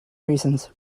reasons